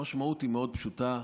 המשמעות היא מאוד פשוטה: